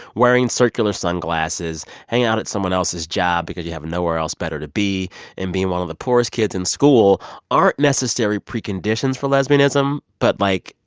wearing circular sunglasses, hanging out at someone else's job because you have nowhere else better to be and being one of the poorest kids in school aren't necessary preconditions for lesbianism, but, like,